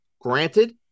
Granted